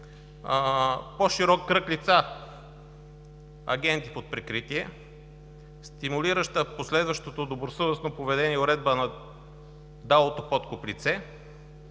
по-широк кръг лица - агенти под прикритие, стимулираща последващото добросъвестно поведение уредба на далото подкуп лице,